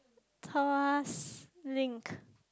Tuas Link